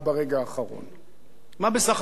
מה בסך הכול רצתה הממשלה?